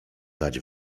dać